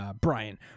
Brian